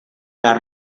las